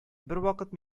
бервакыт